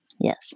Yes